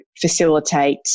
facilitate